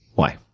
why?